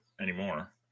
anymore